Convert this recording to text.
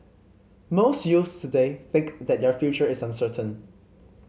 most youths today think that their future is uncertain